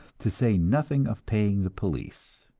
to say nothing of paying the police.